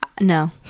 No